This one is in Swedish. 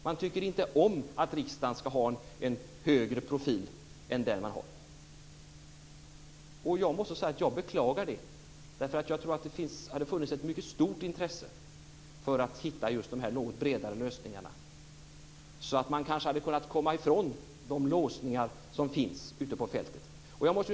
Man tycker inte om att riksdagen ska ha en högre profil än den man har. Jag måste säga att jag beklagar detta. Jag tror att det hade funnits ett mycket stort intresse för att hitta de något bredare lösningarna så att man kanske hade kunnat komma ifrån de låsningar som finns ute på fältet.